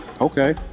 Okay